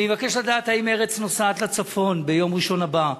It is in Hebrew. אני מבקש לדעת אם מרצ נוסעת לצפון ביום ראשון הבא,